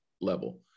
level